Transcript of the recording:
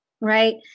Right